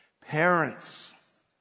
parents